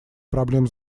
проблем